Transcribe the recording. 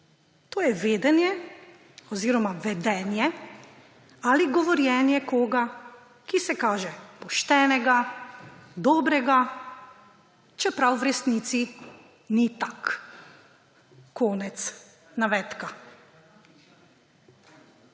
To je »vedénje ali govorjenje koga, ki se kaže poštenega, dobrega, čeprav v resnici ni tak«, konec navedka.